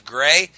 Gray